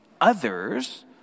others